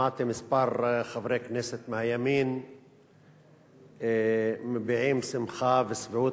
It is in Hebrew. שמעתי כמה חברי כנסת מהימין מביעים שמחה ושביעות